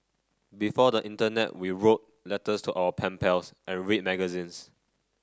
before the internet we wrote letters to our pen pals and read magazines